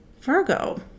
Virgo